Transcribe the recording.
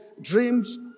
Dreams